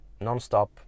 non-stop